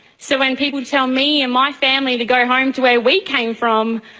so when people tell me and my family to go home to where we came from,